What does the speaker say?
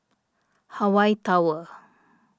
Hawaii Tower